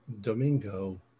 Domingo